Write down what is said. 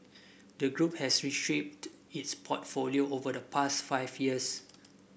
the group has reshaped its portfolio over the past five years